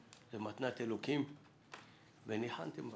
זה מתנת אלוקים וניחנתם בה.